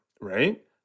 right